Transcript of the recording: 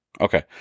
Okay